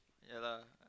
ya lah